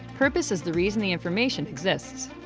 purpose is the reason the information exists.